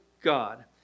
God